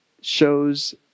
shows